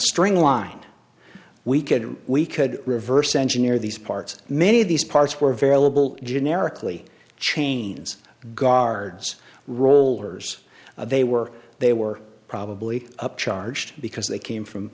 string line we could we could reverse engineer these parts many of these parts were variable generically chains guards rollers they were they were probably up charged because they came from